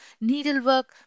Needlework